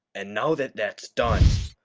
and now that that's done,